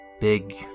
big